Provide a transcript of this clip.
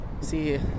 see